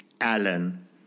Alan